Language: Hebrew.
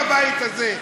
בבית הזה.